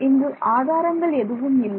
இங்கு ஆதாரங்கள் எதுவும் இல்லை